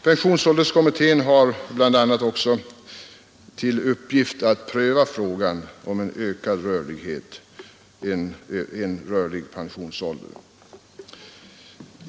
Pensionsålderskommittén har bl.a. också till uppgift att pröva frågan om en ökad rörlighet — en rörligare pensionsålder.